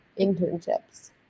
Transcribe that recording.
internships